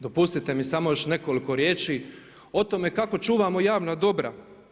Dopustite mi samo još nekoliko riječi o tome kako čuvamo javna dobra.